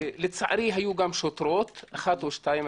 לצערי היו גם שוטרות ראיתי אחת או שתיים.